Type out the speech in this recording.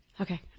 Okay